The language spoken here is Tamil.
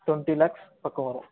டொண்ட்டி லேக்ஸ் பக்கம் வரும்